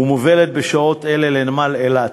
ומובלת בשעות אלה לנמל אילת.